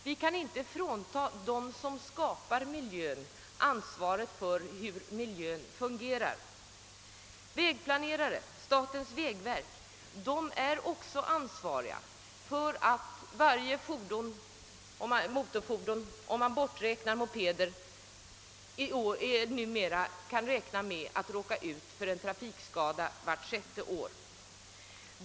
Vi kan inte frånta dem som skapar miljön ansvaret för hur miljön fungerar. Samhällsplanerarna och statens vägverk bär också ansvaret för att varje motorfordon — mopederna är här inte medräknade — kan räkna med att råka ut för en trafikskada vart sjätte år.